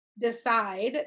decide